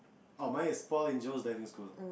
oh mine is Paul Angels Diving School